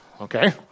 okay